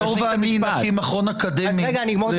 כשהיושב-ראש ואני נקים מכון אקדמי -- אני אגמור את